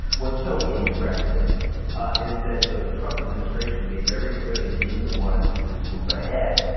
what's so interesting is that the trump administration made very clear they didn't want to see this move ahead.